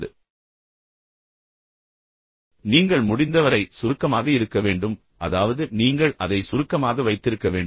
எனவே நீங்கள் முடிந்தவரை சுருக்கமாக இருக்க வேண்டும் அதாவது நீங்கள் அதை சுருக்கமாக வைத்திருக்க வேண்டும்